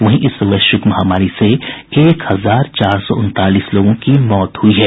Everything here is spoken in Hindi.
वहीं इस वैश्विक महामारी से एक हजार चार सौ उनतालीस लोगों की मौत हुई है